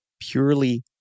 purely